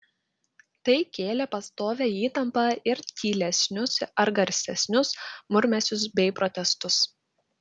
tai kėlė pastovią įtampą ir tylesnius ar garsesnius murmesius bei protestus